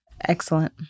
Excellent